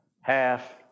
half